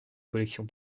collections